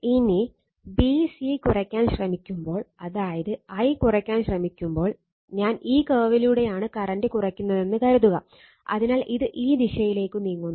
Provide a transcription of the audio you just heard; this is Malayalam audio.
ഇനി b c കുറയ്ക്കാൻ ശ്രമിക്കുമ്പോൾ അതായത് I കുറയ്ക്കാൻ ശ്രമിക്കുമ്പോൾ ഞാൻ ഈ കർവിലൂടെയാണ് കറന്റ് കുറയ്ക്കുന്നതെന്ന് കരുതുക അതിനാൽ ഇത് ഈ ദിശയിലേക്ക് നീങ്ങുന്നു